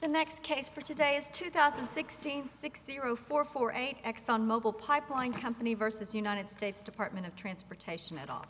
the next case for today is two thousand and sixteen six zero four four eight exxon mobil pipeline company versus united states department of transportation at all